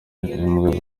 imbwa